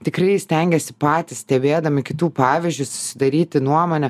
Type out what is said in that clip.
tikrai stengiasi patys stebėdami kitų pavyzdžius susidaryti nuomonę